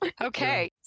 Okay